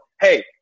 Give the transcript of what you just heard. hey